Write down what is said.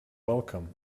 welcome